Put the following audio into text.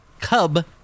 Cub